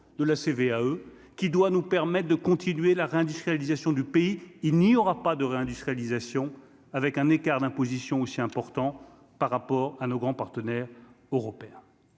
de la CVAE qui doit nous permettent de continuer la réindustrialisation du pays, il n'y aura pas de réindustrialisation, avec un écart d'imposition aussi important par rapport à nos grands partenaires européens.